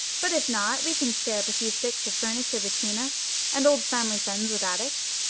but if not, we can scare up a few sticks of finiture between us and old family friends with attics.